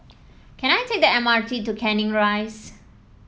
can I take the M R T to Canning Rise